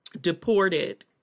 deported